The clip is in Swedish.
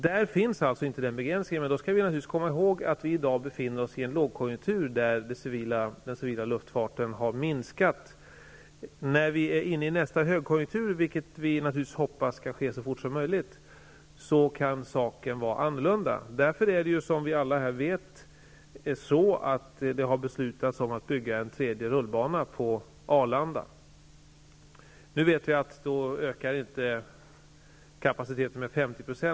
Där finns inte den begränsningen. Men vi skall komma ihåg att vi i dag befinner oss i en lågkonjunktur där den civila luftfarten har minskat. När vi kommer in i nästa högkonjunktur, vilket vi naturligtvis hoppas skall ske så fort som möjligt, kan saken bli annorlunda. Vi vet alla här att det har fattats ett beslut om att bygga en tredje rullbana på Arlanda. Vi vet att kapaciteten i och med det inte ökar med 50 %.